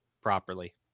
properly